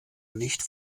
nicht